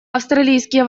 австралийские